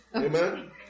Amen